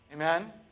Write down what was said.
Amen